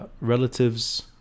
relatives